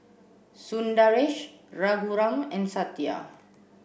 Sundaresh Raghuram and Satya